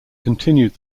continued